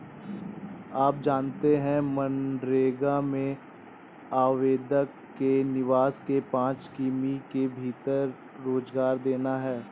आप जानते है मनरेगा में आवेदक के निवास के पांच किमी के भीतर रोजगार देना है?